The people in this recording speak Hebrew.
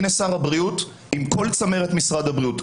הינה שר הבריאות עם כל צמרת משרד הבריאות,